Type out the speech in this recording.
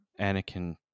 Anakin